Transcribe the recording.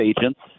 agents